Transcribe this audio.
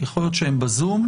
יכול להיות שהם בזום.